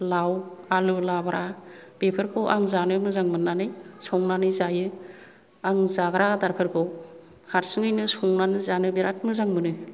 लाव आलु लाब्रा बेफोरखौ आं जानो मोजां मोननानै संनानै जायो आं जाग्रा आदारफोरखौ हारसिङैनो संनानै जानो बिराथ मोजां मोनो